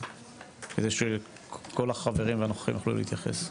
באמת כדי שכל החברים והנוכחים יוכלו להתייחס.